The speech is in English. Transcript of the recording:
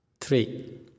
Three